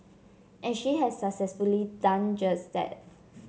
and she has successfully done just that